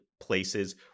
places